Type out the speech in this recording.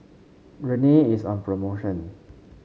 rene is on promotion